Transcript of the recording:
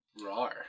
Rawr